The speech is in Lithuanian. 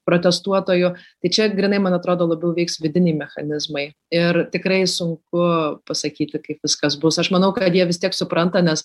protestuotojų tai čia grynai man atrodo labiau veiks vidiniai mechanizmai ir tikrai sunku pasakyti kaip viskas bus aš manau kad jie vis tiek supranta nes